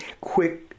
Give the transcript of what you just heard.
quick